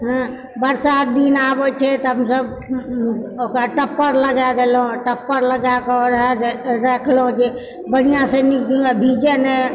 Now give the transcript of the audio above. हँ बरसात दिन आबैत छै तऽ हमसभ ओकरा टप्पर लगा देलहुँ टप्पर लगयकऽ ओढ़ै दऽ रखलहुँ जे बढ़िआँसँ नीक जेना भीजय नहि